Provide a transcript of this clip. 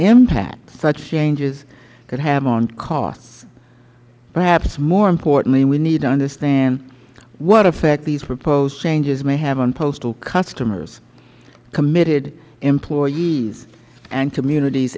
impact such changes could have on costs perhaps more importantly we need to understand what effect these proposed changes may have on postal customers committed employees and communities